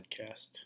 podcast